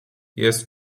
jest